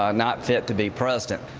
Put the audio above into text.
ah not fit to be president.